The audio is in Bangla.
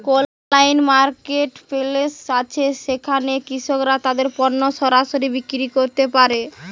কোন অনলাইন মার্কেটপ্লেস আছে যেখানে কৃষকরা তাদের পণ্য সরাসরি বিক্রি করতে পারে?